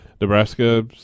Nebraska